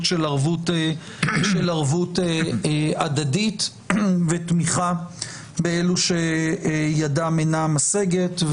של ערבות הדדית ותמיכה באילו שידם אינה משגת.